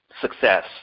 success